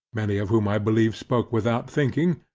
many of whom i believe spoke without thinking,